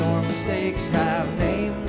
mistakes have names